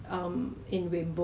不是 sun plaza ah